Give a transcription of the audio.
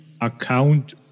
account